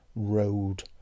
road